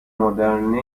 مادرانه